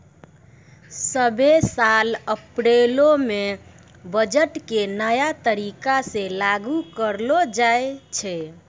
सभ्भे साल अप्रैलो मे बजट के नया तरीका से लागू करलो जाय छै